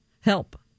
Help